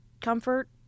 comfort